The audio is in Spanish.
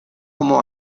como